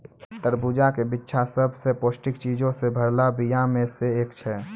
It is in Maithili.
तरबूजा के बिच्चा सभ से पौष्टिक चीजो से भरलो बीया मे से एक छै